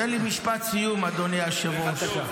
תן לי משפט סיום, אדוני היושב-ראש.